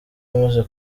amaze